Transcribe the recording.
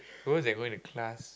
those that go in to class